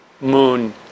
moon